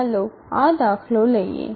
ચાલો આ દાખલો લઈએ